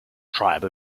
tribe